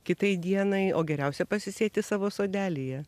kitai dienai o geriausia pasisėti savo sodelyje